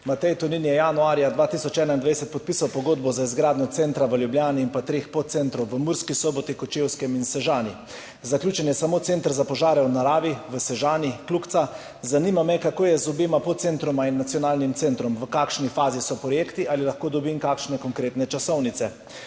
Matej Tonin je januarja 2021 podpisal pogodbo za izgradnjo centra v Ljubljani in treh podcentrov v Murski Soboti, na Kočevskem in v Sežani, zaključen je samo center za požare v naravi v Sežani. Kljukica. Zanima me: Kako je z obema podcentroma in nacionalnim centrom, v kateri fazi so projekti? Ali lahko dobim kakšne konkretne časovnice?